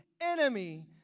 enemy